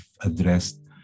addressed